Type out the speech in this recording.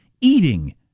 Eating